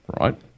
right